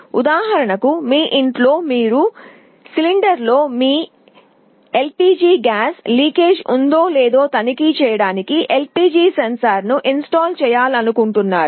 ఉదాహరణకు మీ ఇంట్లో మీరు సిలిండర్లో మీ ఎల్పిజి గ్యాస్ లీకేజీ ఉందో లేదో తనిఖీ చేయడానికి LPG సెన్సార్ను ఇన్స్టాల్ చేయాలనుకుంటున్నారు